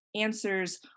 Answers